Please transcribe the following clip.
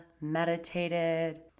meditated